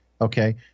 Okay